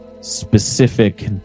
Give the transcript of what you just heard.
specific